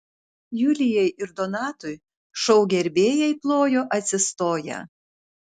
julijai ir donatui šou gerbėjai plojo atsistoję